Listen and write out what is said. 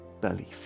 belief